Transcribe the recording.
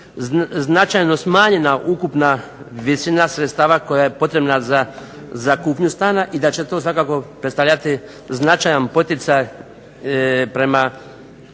značajno smanjena ukupna visina sredstava koja je potrebna za kupnju stana i da će to svakako predstavljati značajan poticaj prema